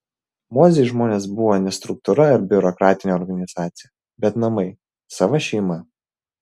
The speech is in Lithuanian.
mozei žmonės buvo ne struktūra ar biurokratinė organizacija bet namai sava šeima